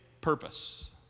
purpose